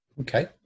Okay